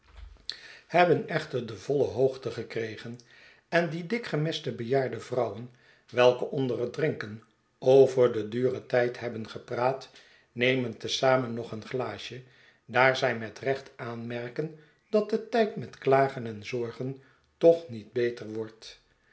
hebben echter de voile hoogte gekregen en die dik gemeste bejaarde vrouwen welke onder het drinken over den duren tijd hebben gepraat nemen te zamen nog een glaasje daar zij met recht aanmerken dat de tijd met klagen en zorgen toch niet beter wordt